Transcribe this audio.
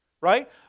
Right